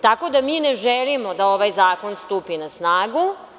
Tako da mi ne želimo da ovaj zakon stupi na snagu.